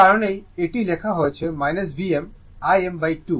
এই কারণেই এটি লেখা হয়েছে Vm Im2 sin 2 ω t